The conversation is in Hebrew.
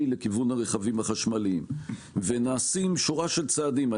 לכיוון הרכבים החשמליים ונעשית שורת צעדים.